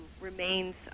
remains